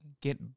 get